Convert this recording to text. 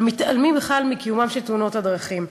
מתעלמים מקיומן של תאונות הדרכים.